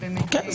כן.